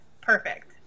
perfect